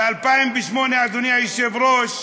ב-2008, אדוני היושב-ראש,